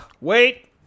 Wait